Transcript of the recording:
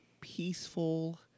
peaceful